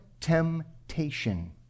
temptation